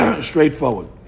straightforward